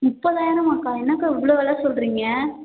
முப்பதாயிரமாக்கா என்னக்கா இவ்வளோ வெலை சொல்கிறீங்க